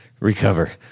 Recover